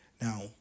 Now